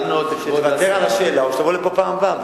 שתוותר על השאלה או שתבוא לפה בפעם הבאה.